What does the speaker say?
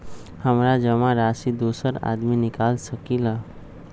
हमरा जमा राशि दोसर आदमी निकाल सकील?